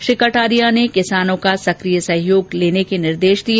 श्री कटारिया ने किसानों का सकिय सहयोग लेने के निर्देश दिए